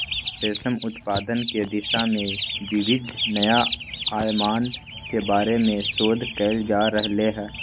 रेशम उत्पादन के दिशा में विविध नया आयामन के बारे में शोध कइल जा रहले है